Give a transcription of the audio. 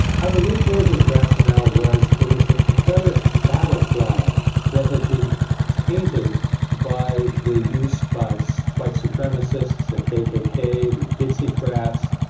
i believe georgia's rationale was it was the confederate battle flag that had been tainted by the use by so white supremacists, the kkk, the dixiecrats.